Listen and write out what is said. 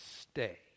stay